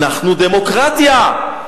אנחנו דמוקרטיה,